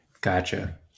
Gotcha